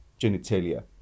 genitalia